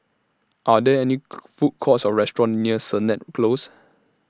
Are There any Food Courts Or restaurants near Sennett Close